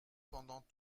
pendant